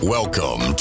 Welcome